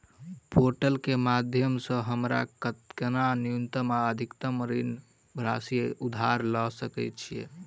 Portal केँ माध्यम सऽ हमरा केतना न्यूनतम आ अधिकतम ऋण राशि उधार ले सकै छीयै?